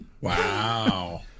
wow